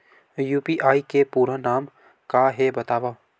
UPI के पूरा नाम का हे बतावव?